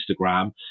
instagram